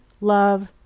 love